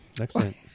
excellent